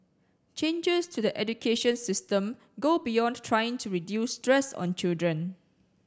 changes to the education system go beyond trying to reduce stress on children